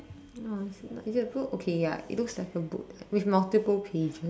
no it's not is it a book okay ya it looks like a book with multiple pages